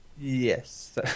Yes